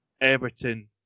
Everton